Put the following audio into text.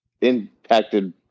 impacted